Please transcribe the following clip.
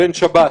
בן שבת,